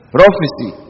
prophecy